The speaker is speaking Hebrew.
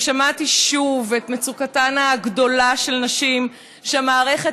ושמעתי שוב את מצוקתן הגדולה של נשים שהמערכת